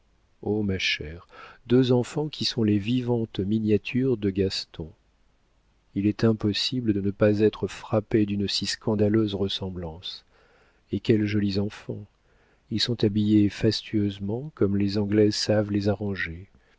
oh ma chère deux enfants qui sont les vivantes miniatures de gaston il est impossible de ne pas être frappée d'une si scandaleuse ressemblance et quels jolis enfants ils sont habillés fastueusement comme les anglaises savent les arranger